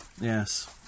Yes